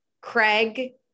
Craig